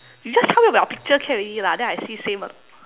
you just tell me about your picture can already lah then I see same or not